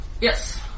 Yes